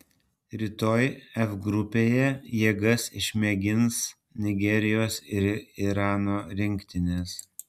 rytoj f grupėje jėgas išmėgins nigerijos ir irano rinktinės